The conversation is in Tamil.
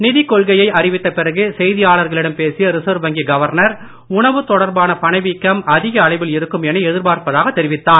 நிதிக் கொள்கையை அறிவித்த பிறகு செய்தியாளர்களிடம் பேசிய ரிசர்வ் வங்கி கவர்னர் உணவுத் தொடர்பான பணவீக்கம் அதிக அளவில் இருக்கும் என எதிர்பார்ப்பதாகத் தெரிவித்தார்